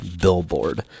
billboard